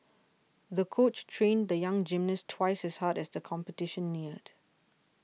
the coach trained the young gymnast twice as hard as the competition neared